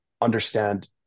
understand